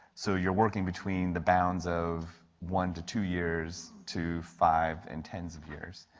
so you are working between the bounds of one to two years, two, five, and tens of years.